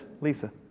Lisa